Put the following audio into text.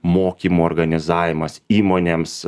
mokymų organizavimas įmonėms